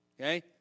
Okay